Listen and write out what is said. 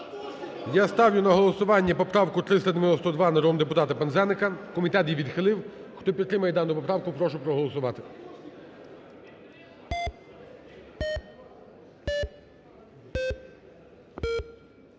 Я ставлю на голосування поправку 392 народного депутата Пинзеника. Комітет її відхилив. Хто підтримує дану поправку, прошу проголосувати.